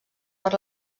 per